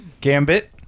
Gambit